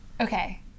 Okay